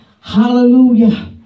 Hallelujah